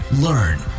learn